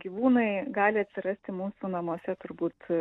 gyvūnai gali atsirasti mūsų namuose turbūt